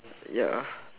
ya